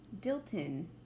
Dilton